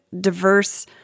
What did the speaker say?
diverse